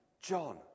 John